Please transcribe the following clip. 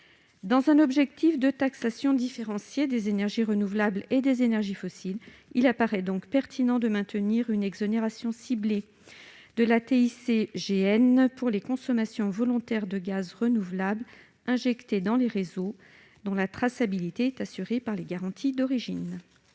assurer une taxation différenciée des énergies renouvelables et des énergies fossiles, il apparaît donc pertinent de maintenir une exonération ciblée de la TICGN pour les consommations volontaires de gaz renouvelable injecté dans les réseaux, dont la traçabilité est assurée par les garanties d'origine.